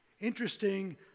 Interesting